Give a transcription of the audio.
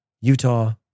Utah